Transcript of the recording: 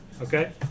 okay